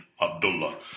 Abdullah